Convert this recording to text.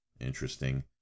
interesting